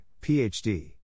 Ph.D